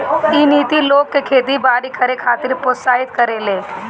इ नीति लोग के खेती बारी करे खातिर प्रोत्साहित करेले